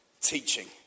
Teaching